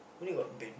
only got band